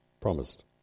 promised